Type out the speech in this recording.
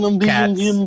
cats